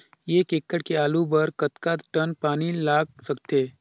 एक एकड़ के आलू बर कतका टन पानी लाग सकथे?